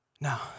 Now